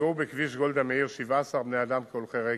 נפגעו בכביש גולדה מאיר 17 בני-אדם כהולכי רגל,